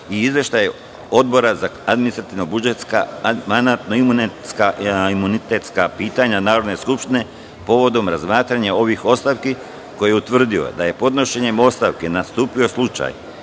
i Izveštaj Odbora za administrativno-budžetska i mandatno-imunitetska pitanja Narodne skupštine povodom razmatranja ovih ostavki, koji je utvrdio da je podnošenjem ostavke nastupio slučaj